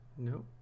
Nope